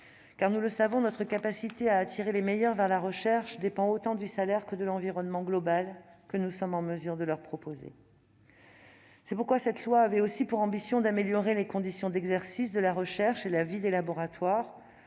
Nous le savons, notre capacité à attirer les meilleurs vers la recherche dépend autant du salaire que de l'environnement global que nous sommes en mesure de leur proposer. C'est pourquoi ce projet de loi a aussi pour ambition d'améliorer les conditions d'exercice de la recherche, de même que la vie des laboratoires.